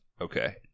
Okay